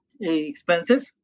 expensive